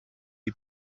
die